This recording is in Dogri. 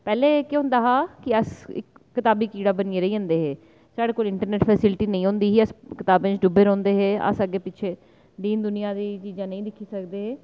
पैह्लें केह् होंदा कि अस कताबी कीड़ा बनियै रेही जंदे हे साढ़े कोल इंटरनैट्ट दी फैसिलिटी नेईं होंदी ही अस कताबें च डुब्बे दे रौंह्दे हे अस अग्गे पिच्छे दीन दूनिया दी चीज़ां नेईं दिक्खी सकदे हे